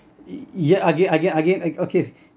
ye~ yeah again again again okay